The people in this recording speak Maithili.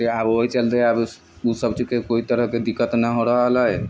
से आब ओहि चलते आब ओसभ चीजके कोइ तरहके दिक्कत न हो रहल हइ